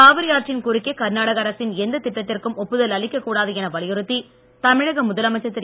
காவிரி ஆற்றின் குறுக்கே கர்நாடக அரசின் எந்த திட்டத்திற்கும் ஒப்புதல் அளிக்க கூடாது என வலியுறுத்தி தமிழக முதலமைச்சர் திரு